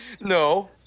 No